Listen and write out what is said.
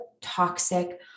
toxic